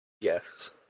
Yes